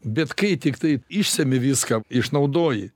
bet kai tiktai išemi viską išnaudoji